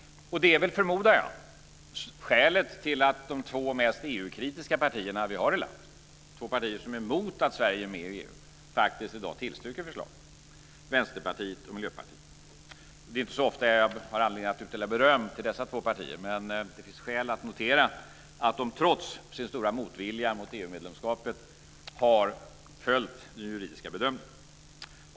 Det är väl, förmodar jag, skälet till att de två mest EU-kritiska partierna i landet, de två partier som är mot att Sverige är med i EU, faktiskt i dag tillstyrker förslaget, Vänsterpartiet och Miljöpartiet. Det är inte så ofta jag har anledning att utdela beröm till dessa två partier, men det finns skäl att notera att de trots sin stora motvilja mot EU-medlemskapet har följt den juridiska bedömningen.